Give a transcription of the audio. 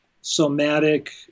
somatic